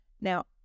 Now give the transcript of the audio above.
Now